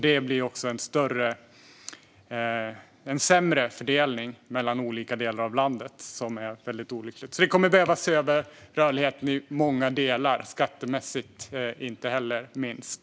Detta innebär en sämre fördelning mellan olika delar av landet som är väldigt olycklig. Vi kommer alltså att behöva se över rörligheten i många delar, inte minst skattemässigt.